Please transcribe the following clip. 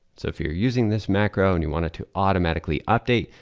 so if you're using this macro and you want it to automatically update,